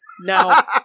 now